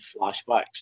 flashbacks